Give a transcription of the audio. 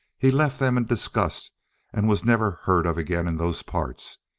he left them in disgust and was never heard of again in those parts.